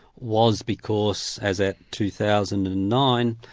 was because as at two thousand and nine,